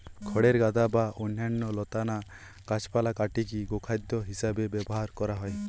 খড়ের গাদা বা অন্যান্য লতানা গাছপালা কাটিকি গোখাদ্য হিসেবে ব্যবহার করা হয়